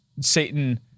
Satan